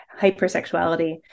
hypersexuality